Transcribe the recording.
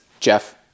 Jeff